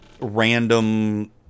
random